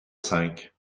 cinq